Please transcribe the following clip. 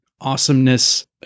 awesomeness